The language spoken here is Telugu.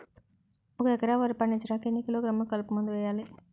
ఒక ఎకర వరి పండించటానికి ఎన్ని కిలోగ్రాములు కలుపు మందు వేయాలి?